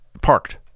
parked